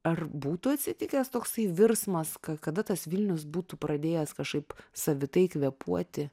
ar būtų atsitikęs toksai virsmas kada tas vilnius būtų pradėjęs kažkaip savitai kvėpuoti